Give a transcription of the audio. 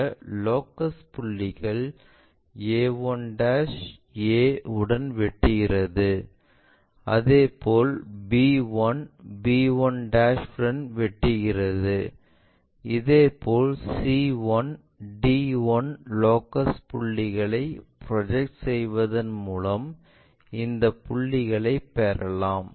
இந்த லோகஸ் புள்ளிகள் a1 a1 உடன் வெட்டுகிறது அதேபோல் b1 b1 உடன் வெட்டுகிறது இதேபோல் c1 d1 லோகஸ் புள்ளிகளைக் ப்ரொஜெக்ட் செய்வதன் மூலம் இந்த புள்ளிகளைப் பெறலாம்